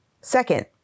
Second